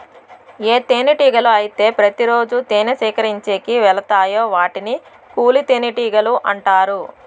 ఏ తేనెటీగలు అయితే ప్రతి రోజు తేనె సేకరించేకి వెలతాయో వాటిని కూలి తేనెటీగలు అంటారు